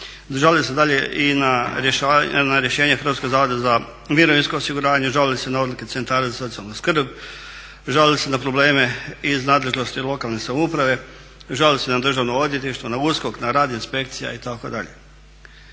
Žale se dalje i na rješenje Hrvatskog zavoda za mirovinsko osiguranje, žalili su se na odluke Centara za socijalnu skrb, žalili su se na probleme iz nadležnosti lokalne samouprave, žale se na Državno odvjetništvo, na USKOK, na USKOK, na rad inspekcija itd.